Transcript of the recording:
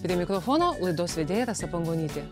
prie mikrofono laidos vedėja rasa pangonytė